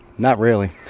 not really